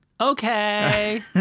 Okay